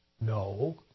No